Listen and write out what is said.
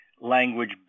language